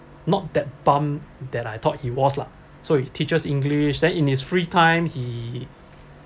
not that bum that I thought he was lah so he teaches english then in his free time he